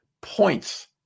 points